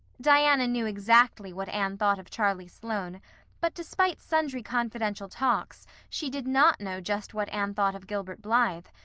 diana knew exactly what anne thought of charlie sloane but, despite sundry confidential talks, she did not know just what anne thought of gilbert blythe.